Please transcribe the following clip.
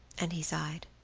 and he sighed.